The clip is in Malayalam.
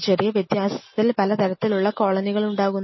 ചെറിയ വ്യത്യാസത്തിൽ പലതരത്തിലുള്ള കോളനികൾ ഉണ്ടാകുന്നു